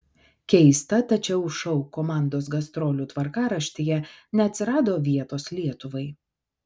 keista tačiau šou komandos gastrolių tvarkaraštyje neatsirado vietos lietuvai